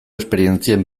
esperientzien